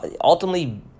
Ultimately